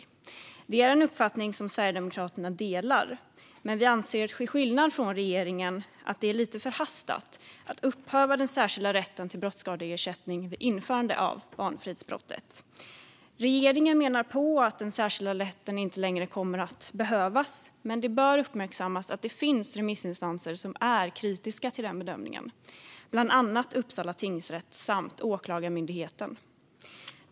Detta är en uppfattning som Sverigedemokraterna delar, men vi anser till skillnad från regeringen att det är lite förhastat att upphäva den särskilda rätten till brottsskadeersättning vid införande av barnfridsbrottet. Regeringen menar att den särskilda rätten inte längre kommer att behövas. Men det bör uppmärksammas att det finns remissinstanser som är kritiska till den bedömningen, bland annat Uppsala tingsrätt samt Åklagarmyndigheten.